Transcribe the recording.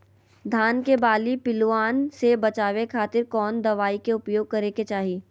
धान के बाली पिल्लूआन से बचावे खातिर कौन दवाई के उपयोग करे के चाही?